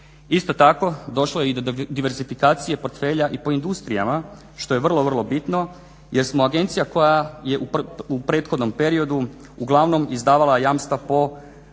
Isto tako došlo je i do diversifikacije portfelja i po industrijama što je vrlo, vrlo bitno jer smo agencija koja je u prethodnom periodu uglavnom izdavala jamstva po